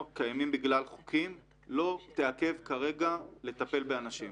בגלל חוקים לא יעכבו כרגע מלטפל באנשים.